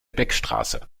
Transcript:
beckstraße